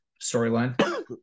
storyline